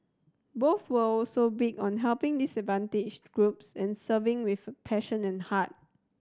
both were also big on helping disadvantaged groups and serving with passion and heart